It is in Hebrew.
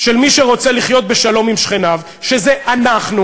של מי שרוצה לחיות בשלום עם שכניו, שזה אנחנו,